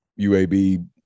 UAB